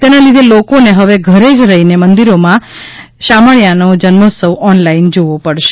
તેના લીધે લોકોને હવે ઘરે જ રહીને આ મંદિરોમાં શામળિયાનો જન્મોત્સવ ઓનલાઈન જોવો પડશે